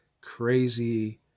crazy